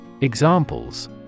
Examples